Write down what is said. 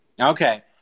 Okay